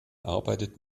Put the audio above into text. arbeitet